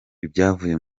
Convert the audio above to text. ibyavuye